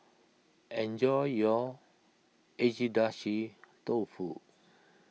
enjoy your Agedashi Dofu